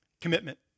Commitment